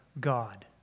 God